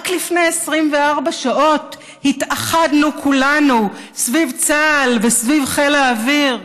רק לפני 24 שעות התאחדנו כולנו סביב צה"ל וסביב חיל האוויר.